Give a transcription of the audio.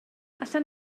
allan